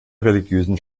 religiösen